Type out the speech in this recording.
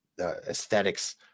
aesthetics